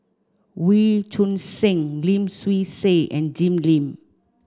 Wee Choon Seng Lim Swee Say and Jim Lim